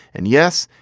and yes,